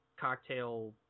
cocktail